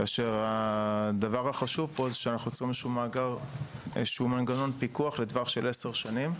כאשר הדבר החשוב פה שאנחנו צריכים איזה מנגנון פיקוח לטווח של עשר שנים.